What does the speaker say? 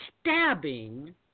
stabbing